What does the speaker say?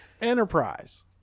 Enterprise